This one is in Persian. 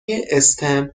stem